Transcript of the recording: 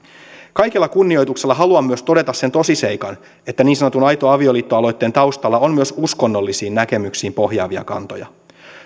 kaikella kunnioituksella haluan myös todeta sen tosiseikan että niin sanotun aito avioliitto aloitteen taustalla on myös uskonnollisiin näkemyksiin pohjaavia kantoja